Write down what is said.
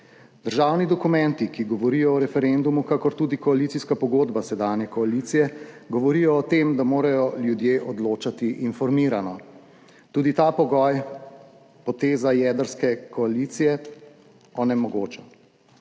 Državni dokumenti, ki govorijo o referendumu, kakor tudi koalicijska pogodba sedanje koalicije, govorijo o tem, da morajo ljudje odločati informirano. Tudi ta pogoj poteza jedrske koalicije onemogoča.